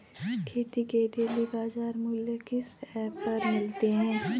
खेती के डेली बाज़ार मूल्य किस ऐप पर मिलते हैं?